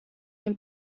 een